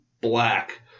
black